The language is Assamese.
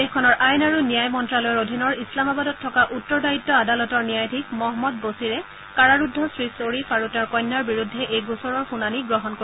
দেশখনৰ আইন আৰু ন্যায় মন্তালয়ৰ অধীনৰ ইছলামাবাদত থকা উত্তৰ দায়িত্ব আদালতৰ ন্যায়াধীশ মহম্মদ বছিৰে কাৰাৰুদ্ধ শ্ৰী খ্বৰীফ আৰু তেওঁৰ কন্যাৰ বিৰুদ্ধে এই গোচৰৰ শুনানি গ্ৰহণ কৰিব